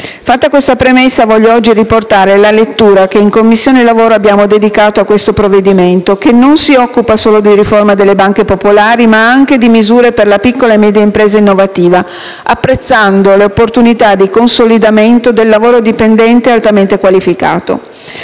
Fatta questa premessa, voglio oggi riportare la lettura che in Commissione lavoro abbiamo dedicato a questo provvedimento, che non si occupa solo di riforma delle banche popolari, ma anche di misure per la piccola e media impresa innovativa, apprezzando le opportunità di consolidamento del lavoro dipendente altamente qualificato.